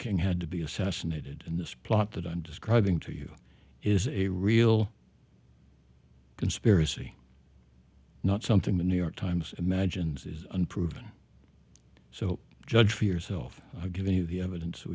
king had to be assassinated in this plot that i'm describing to you is a real conspiracy not something the new york times imagines is unproven so judge for yourself giving you the evidence